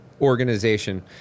organization